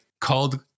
called